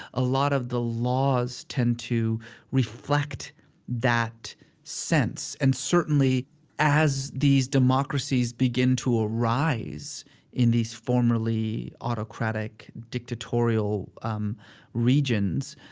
a lot of the laws tend to reflect that sense. and certainly as these democracies begin to arise in these formerly autocratic, dictatorial um regions,